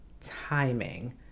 timing